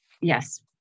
Yes